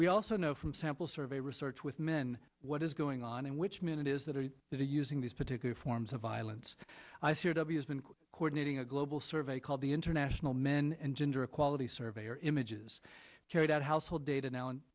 we also know from sample survey research with men what is going on in which men it is that are that are using these particular forms of violence i fear w s been coordinating a global survey called the international men and gender equality survey or images carried out household data now and